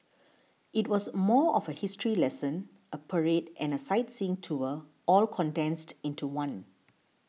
it was more of a history lesson a parade and a sightseeing tour all condensed into one